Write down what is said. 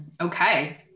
Okay